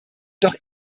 doch